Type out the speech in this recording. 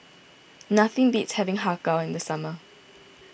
nothing beats having Har Kow in the summer